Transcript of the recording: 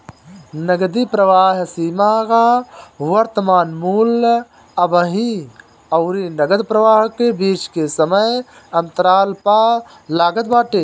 नगदी प्रवाह सीमा कअ वर्तमान मूल्य अबही अउरी नगदी प्रवाह के बीच के समय अंतराल पअ लागत बाटे